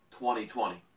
2020